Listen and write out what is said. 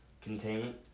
containment